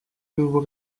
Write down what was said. nouveau